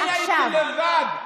--- אני הייתי לבד,